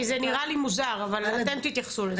כי זה נראה לי מוזר, אבל אתם תתייחסו לזה.